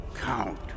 Count